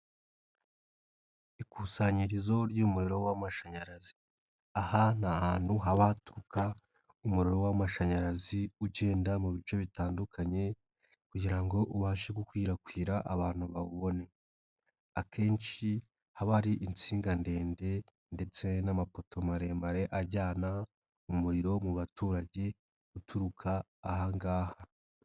Ikusanyirizo ry'umuriro w'amashanyarazi, aha ni ahantu haba haturuka umuriro w'amashanyarazi ugenda mu bice bitandukanye kugira ngo ubashe gukwirakwira abantu bawubone akenshi haba ari insinga ndende ndetse n'amapoto maremare ajyana umuriro mu baturage uturuka aha ngaha.